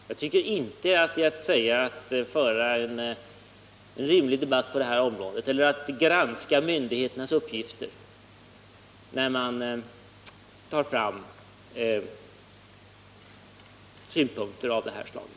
Jag tycker inte att det är att föra en rimlig debatt på det här området eller att granska myndigheternas uppgifter när man för fram synpunkter av det här slaget.